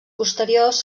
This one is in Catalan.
posteriors